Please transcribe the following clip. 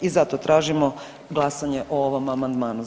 I zato tražimo glasanje o ovom amandmanu.